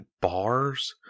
bars